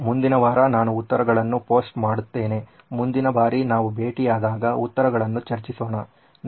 ಮುಂದಿನ ವಾರ ನಾನು ಉತ್ತರಗಳನ್ನು ಪೋಸ್ಟ್ ಮಾಡುತ್ತೇನೆ ಮುಂದಿನ ಬಾರಿ ನಾವು ಭೇಟಿಯಾದಾಗ ಉತ್ತರಗಳನ್ನು ಚರ್ಚಿಸೋಣ